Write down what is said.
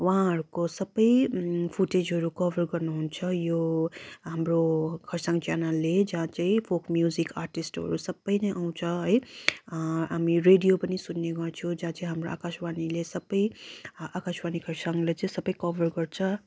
उहाँहरूको सबै फुटेजहरू कभर गर्नुहुन्छ यो हाम्रो खरसाङ च्यानालले जहाँ चाहिँ फोक म्युजिक आर्टिसहरू सबै नै आउँछ है हामी रेडियो पनि सुन्ने गर्छौँ जहाँ चाहिँ हाम्रो आकाशवाणीले सबै आकाशवाणी खरसाङले चाहिँ सबै कभर गर्छ